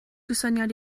gostyngiad